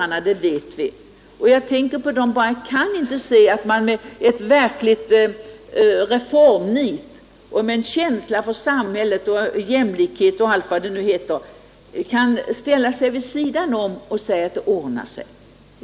längre ned i åldrarna. Om man har ett verkligt reformnit och en känsla för samhället och för jämlikhet, kan man inte ställa sig vid sidan om och vänta att det ordnar sig.